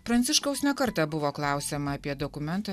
pranciškaus ne kartą buvo klausiama apie dokumento